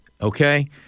okay